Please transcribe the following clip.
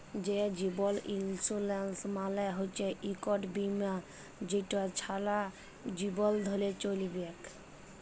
যে জীবল ইলসুরেলস মালে হচ্যে ইকট বিমা যেট ছারা জীবল ধ্যরে চ্যলবেক